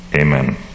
Amen